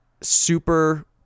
super